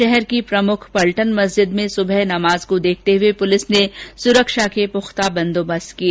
शहर की प्रमुख पलटन मस्जिद में सुबह नमाज को देखते हुए पुलिस ने सुरक्षा के पुख्ता इंतजाम किए